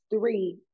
three